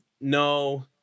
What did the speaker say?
No